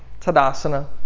Tadasana